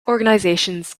organizations